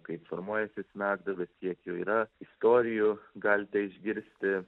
kaip formuojasi smegduobės kiek jų yra istorijų galite išgirsti